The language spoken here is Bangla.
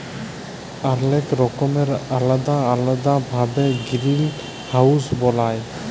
অলেক রকমের আলেদা আলেদা ভাবে গিরিলহাউজ বালায়